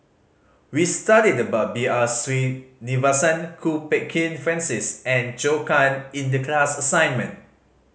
we studied about B R Sreenivasan Kwok Peng Kin Francis and Zhou Can in the class assignment